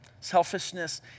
Selfishness